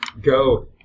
Go